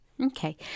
Okay